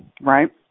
right